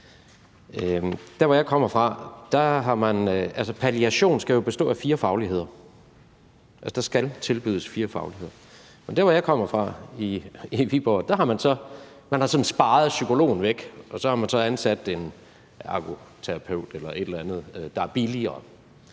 der er noget, der ikke fungerer. Altså, palliation skal bestå af fire fagligheder; der skal tilbydes fire fagligheder. Men der, hvor jeg kommer fra, nemlig Viborg, har man sparet psykologen væk, og så har man ansat en ergoterapeut eller et eller andet, der er billigere.